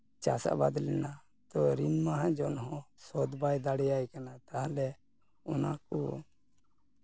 ᱪᱟᱥ ᱟᱵᱟᱫ ᱞᱮᱱᱟ ᱛᱚ ᱨᱤᱱ ᱢᱟᱦᱟᱡᱚᱱ ᱦᱚᱸ ᱥᱳᱫᱷ ᱵᱟᱭ ᱫᱟᱲᱮᱭᱟᱭ ᱠᱟᱱᱟ ᱛᱟᱦᱚᱞᱮ ᱚᱱᱟ ᱠᱚ